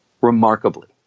Remarkably